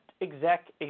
Exec